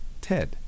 Ted